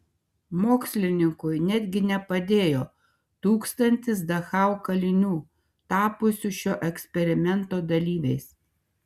mokslininkui netgi nepadėjo tūkstantis dachau kalinių tapusių šio eksperimento dalyviais